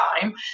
time